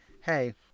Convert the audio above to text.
hey